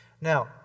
Now